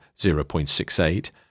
0.68